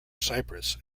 cyprus